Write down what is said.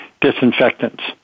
disinfectants